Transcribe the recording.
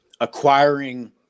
acquiring